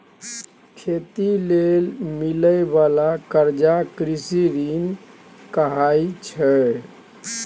खेती लेल मिलइ बाला कर्जा कृषि ऋण कहाइ छै